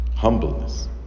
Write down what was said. Humbleness